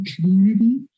community